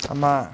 ஆமா:aamaa